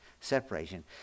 separation